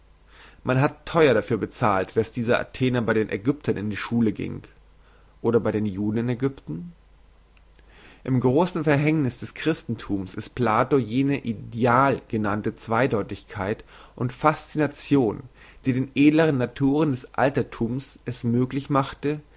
man hat theuer dafür bezahlt dass dieser athener bei den ägyptern in die schule gieng oder bei den juden in agypten im grossen verhängniss des christenthums ist plato jene ideal genannte zweideutigkeit und fascination die den edleren naturen des alterthums es möglich machte